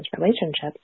relationships